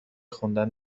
خوندن